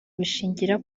bishingira